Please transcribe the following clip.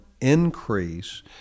increase